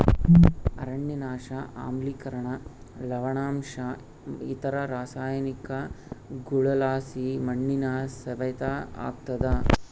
ಅರಣ್ಯನಾಶ ಆಮ್ಲಿಕರಣ ಲವಣಾಂಶ ಇತರ ರಾಸಾಯನಿಕಗುಳುಲಾಸಿ ಮಣ್ಣಿನ ಸವೆತ ಆಗ್ತಾದ